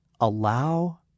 allow